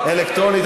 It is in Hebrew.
אלקטרונית.